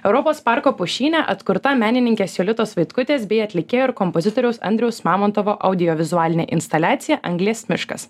europos parko pušyne atkurta menininkės jolitos vaitkutės bei atlikėjo ir kompozitoriaus andriaus mamontovo audiovizualinė instaliacija anglies miškas